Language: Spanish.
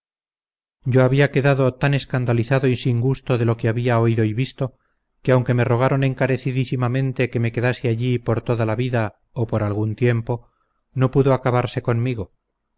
yo había quedado tan escandalizado y sin gusto de lo que había oído y visto que aunque me rogaron encarecidísimamente que me quedase allí por toda la vida o por algún tiempo no pudo acabarse conmigo